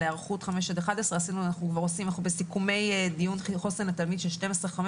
היערכות 5 עד 11. אנחנו בסיכומי דיונים על חוסן לתלמיד של 12 15,